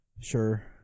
Sure